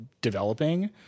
developing